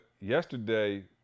yesterday